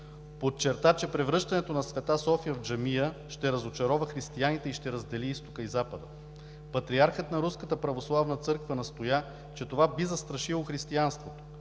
подчерта, че превръщането на „Света София“ в джамия ще разочарова християните и ще раздели Изтока и Запада. Патриархът на Руската православна църква настоя, че това би застрашило християнството.